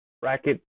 bracket